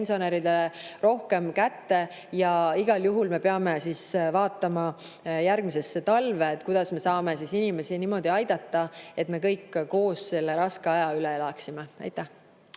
pensionäridele rohkem raha kätte. Ja igal juhul me peame vaatama järgmisesse talve, kuidas me saame inimesi niimoodi aidata, et me kõik koos selle raske aja üle elaksime. Aitäh!